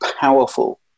powerful